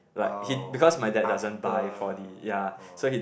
oh after oh